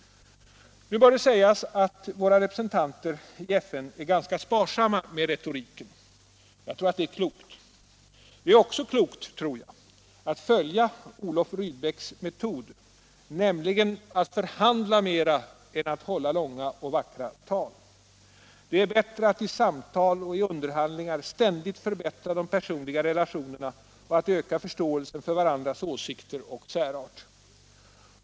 Nu bör det sägas att våra representanter i FN är ganska sparsamma med retoriken. Jag tror att det är klokt. Det är också klokt, tror jag, att följa Olof Rydbecks princip, nämligen att förhandla mera än att hålla långa, vackra tal. Det är bättre att i samtal och underhandlingar ständigt förbättra de personliga relationerna och öka förståelsen för varandras åsikter och särart.